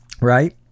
right